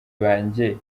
banjye